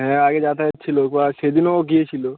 হ্যাঁ আগে যাতায়াত ছিলো বা সেদিনও গিয়েছিলো